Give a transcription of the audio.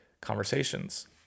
conversations